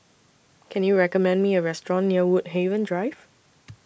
Can YOU recommend Me A Restaurant near Woodhaven Drive